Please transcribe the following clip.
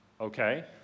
Okay